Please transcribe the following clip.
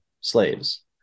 slaves